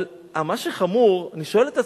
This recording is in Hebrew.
אבל מה שחמור, אני שואל את עצמי,